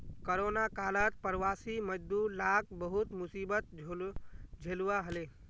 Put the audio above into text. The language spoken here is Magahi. कोरोना कालत प्रवासी मजदूर लाक बहुत मुसीबत झेलवा हले